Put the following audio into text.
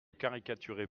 caricaturez